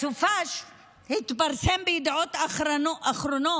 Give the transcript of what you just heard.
בסוף השבוע התפרסם בידיעות אחרונות,